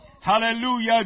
Hallelujah